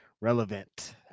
relevant